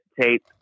tape